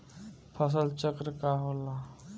फसल चक्र का होला?